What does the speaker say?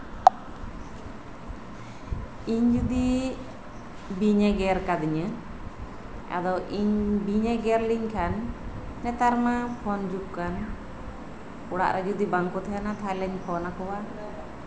ᱤᱧ ᱡᱚᱫᱤ ᱵᱤᱧᱮ ᱜᱮᱨ ᱠᱟᱫᱤᱧᱟ ᱟᱫᱚ ᱤᱧ ᱵᱤᱧᱮ ᱜᱮᱨ ᱞᱤᱧ ᱠᱷᱟᱱ ᱱᱮᱛᱟᱨ ᱢᱟ ᱯᱷᱳᱱ ᱡᱩᱜ ᱠᱟᱱ ᱚᱲᱟᱜ ᱨᱮ ᱡᱚᱫᱤ ᱵᱟᱝ ᱠᱚ ᱛᱟᱦᱮᱱᱟ ᱛᱟᱦᱚᱞᱮᱧ ᱯᱷᱳᱱ ᱟᱠᱚᱣᱟ